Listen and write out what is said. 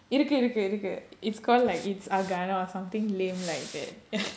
இருக்கு இருக்கு:irukku irukku it's called like it's agana or something lame like that